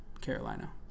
Carolina